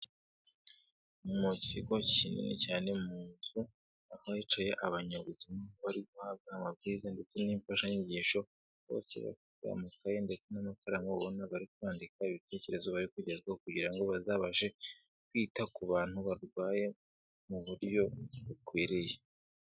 Mu kigo kinini cyane mu nzu aho hicaye abanyabuzima bari guhabwa amabwiriza ndetse n'imfashanyigisho, bose bafite amakaye ndetse n'amakaramu ubona bari kwandika ibitekerezo bari kugezwaho kugira ngo bazabashe kwita ku bantu barwaye mu buryo bukwiriye.